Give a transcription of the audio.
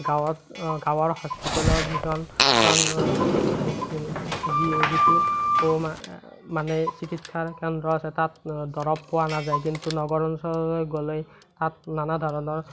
গাঁৱত গাঁৱৰ হস্পিতালৰ যিখন যি যিটো মানে চিকিৎসাকেন্দ্ৰ আছে তাত দৰৱ পোৱা নাযায় কিন্তু নগৰ অঞ্চললৈ গ'লে তাত নানা ধৰণৰ